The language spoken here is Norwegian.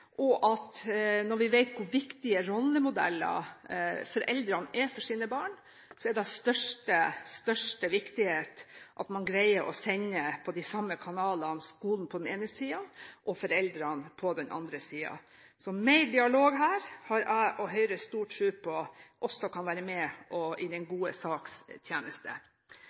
når vi vet hvor viktige rollemodeller foreldrene er for sine barn, er det av største viktighet at man greier å sende på de samme kanalene – skolen på den ene siden og foreldrene på den andre siden. Høyre og jeg har stor tro på at mer dialog også kan være med i den gode